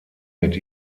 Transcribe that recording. mit